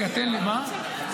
תן לי, מה?